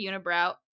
unibrow